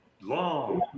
Long